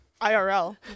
irl